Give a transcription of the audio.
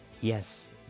Yes